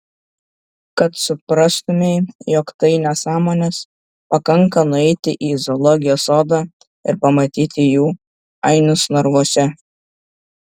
kad suprastumei jog tai nesąmonės pakanka nueiti į zoologijos sodą ir pamatyti jų ainius narvuose